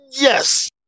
Yes